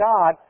God